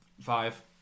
five